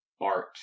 art